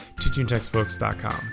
teachingtextbooks.com